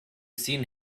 seen